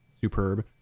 superb